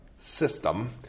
System